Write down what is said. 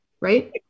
right